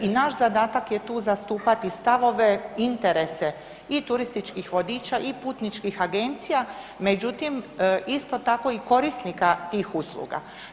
I naš zadatak je tu zastupati stavove, interese i turističkih vodiča i putničkih agencija međutim isto tako i korisnika tih usluga.